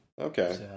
Okay